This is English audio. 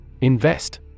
Invest